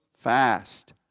fast